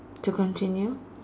to continue